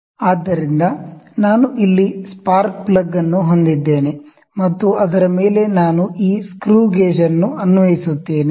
ಆದ್ದರಿಂದ ನಾನು ಇಲ್ಲಿ ಸ್ಪಾರ್ಕ್ ಪ್ಲಗ್ ಅನ್ನು ಹೊಂದಿದ್ದೇನೆ ಮತ್ತು ಅದರ ಮೇಲೆ ನಾನು ಈ ಸ್ಕ್ರೂ ಗೇಜ್ ಅನ್ನು ಅನ್ವಯಿಸುತ್ತೇನೆ